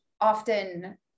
often